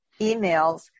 emails